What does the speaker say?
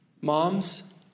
Moms